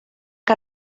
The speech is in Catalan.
que